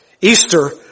Easter